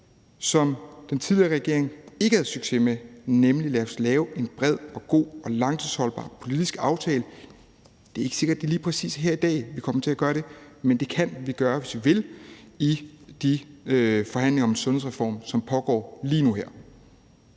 som den tidligere regering ikke havde succes med, nemlig lave en bred og god og langtidsholdbar politisk aftale. Det er ikke sikkert, at det lige præcis er her i dag, at vi kommer til gøre det, men det kan vi gøre, hvis vi vil, i de forhandlinger om en sundhedsreform, som pågår lige nu.